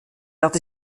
dat